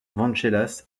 venceslas